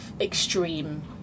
extreme